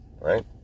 Right